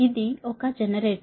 ఇది ఒక జనరేటర్